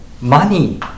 money